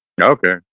Okay